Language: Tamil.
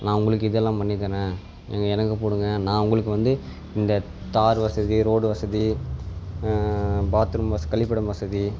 நான் உங்களுக்கு இதெல்லாம் பண்ணித் தர்றேன் நீங்கள் எனக்கு போடுங்கள் நான் உங்களுக்கு வந்து இந்தத் தார் வசதி ரோடு வசதி பாத்ரூம் வஸ் கழிப்பிடம் வசதி